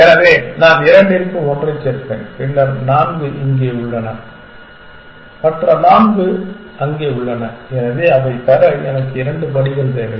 எனவே நான் இரண்டிற்கு ஒன்றைச் சேர்ப்பேன் பின்னர் நான்கு இங்கே உள்ளன மற்றும் நான்கு அங்கே உள்ளன எனவே அதைப் பெற எனக்கு இரண்டு படிகள் தேவை